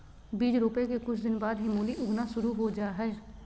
बीज रोपय के कुछ दिन बाद ही मूली उगना शुरू हो जा हय